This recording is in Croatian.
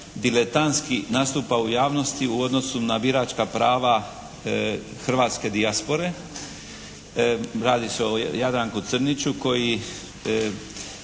diletantski nastupa u javnosti u odnosu na biračka prava hrvatske dijaspore. Radi se o Jadranku Crniću koji